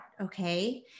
okay